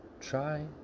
Try